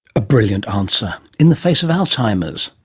a brilliant answer in the face of alzheimer's.